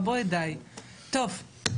טוב,